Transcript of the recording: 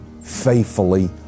faithfully